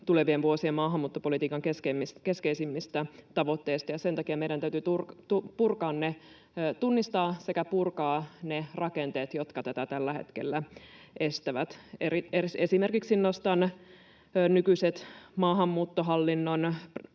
tulevien vuosien maahanmuuttopolitiikan keskeisimmistä tavoitteista, ja sen takia meidän täytyy tunnistaa sekä purkaa ne rakenteet, jotka tätä tällä hetkellä estävät. Esimerkiksi nostan nykyiset maahanmuuttohallinnon